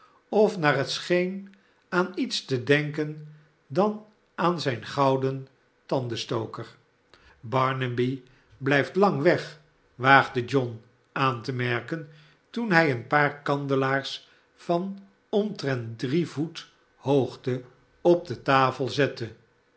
of naar het scheen aan lets te denken dan aan ziin gouden tandenstoker barnaby blijft lang weg waagde john aan te merken toen hij een paar kandelaars van omtrent drie voet hoogte op de tafel zette